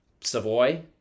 Savoy